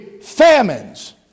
famines